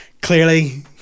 clearly